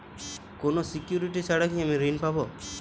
কোনো সিকুরিটি ছাড়া কি আমি ঋণ পাবো?